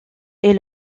est